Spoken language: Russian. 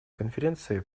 конференции